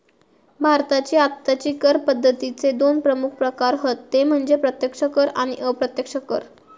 भारताची आत्ताची कर पद्दतीचे दोन प्रमुख प्रकार हत ते म्हणजे प्रत्यक्ष कर आणि अप्रत्यक्ष कर